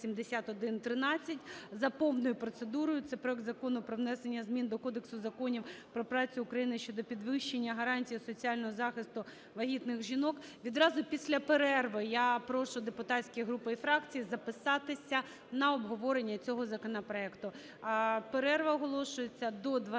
за повною процедурою. Це проект Закону про внесення змін до Кодексу Законів про працю України щодо підвищення гарантій соціального захисту вагітних жінок. Відразу після перерви я прошу депутатські групи і фракції записатися на обговорення цього законопроекту. Перерва оголошується до 12